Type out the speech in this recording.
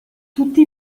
tutti